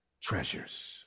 treasures